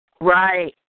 Right